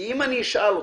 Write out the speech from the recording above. כי אם אני אשאל אותך,